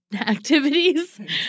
activities